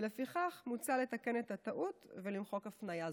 ולפיכך מוצע לתקן את הטעות ולמחוק הפניה זו.